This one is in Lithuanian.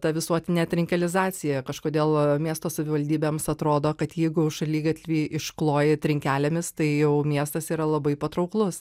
ta visuotinė trinkelizacija kažkodėl miesto savivaldybėms atrodo kad jeigu šaligatviai iškloji trinkelėmis tai jau miestas yra labai patrauklus